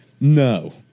no